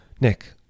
Nick